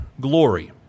glory